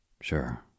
Sure